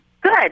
Good